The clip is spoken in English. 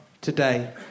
today